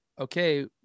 okay